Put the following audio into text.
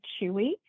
Chewy